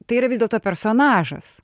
tai yra vis dėlto personažas